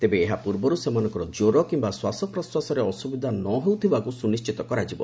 ତେବେ ଏହା ପୂର୍ବରୁ ସେମାନଙ୍କର ଜ୍ୱର କିମ୍ବା ଶ୍ୱାସପ୍ରଶ୍ୱାସରେ ଅସୁବିଧା ନହେଉଥିବାକୁ ସୁନିଶ୍ଚିତ କରାଯିବ